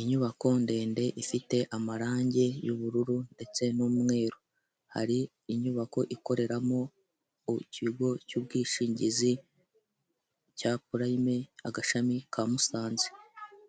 Inyubako ndende, ifite amarangi y'ubururu ndetse n'umweru. Hari inyubako ikoreramo ikigo cy'ubwishingizi cya purayime, agashami ka Musanze.